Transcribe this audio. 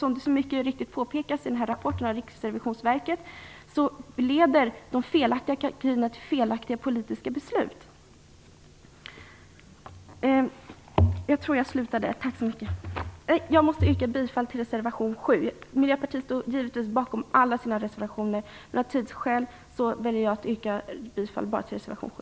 Som det mycket riktigt påpekas i rapporten från Riksrevisionsverket leder de felaktiga kalkylerna till felaktiga politiska beslut. Jag vill yrka bifall till reservation 7. Miljöpartiet står givetvis bakom alla sina reservationer, men av tidsskäl väljer jag att bara yrka bifall till reservation 7.